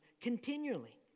continually